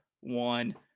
one